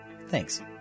Thanks